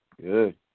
Good